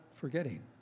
Forgetting